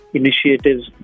initiatives